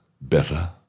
better